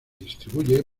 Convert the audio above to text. distribuye